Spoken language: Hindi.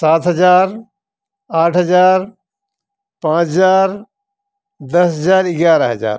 सात हज़ार आठ हज़ार पाँच हज़ार दस हज़ार ग्यारह हज़ार